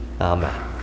Amen